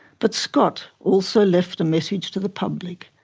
but scott also left a message to the public,